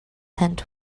tent